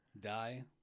die